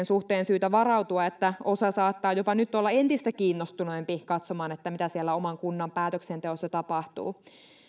suhteen syytä varautua että osa saattaa nyt olla jopa entistä kiinnostuneempi katsomaan mitä siellä oman kunnan päätöksenteossa tapahtuu